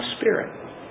Spirit